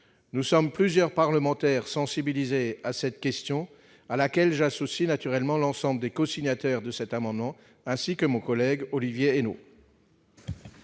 Nous sommes plusieurs parlementaires sensibilisés à cette question, à laquelle j'associe naturellement l'ensemble des cosignataires de cet amendement, ainsi que mon collègue Olivier Henno.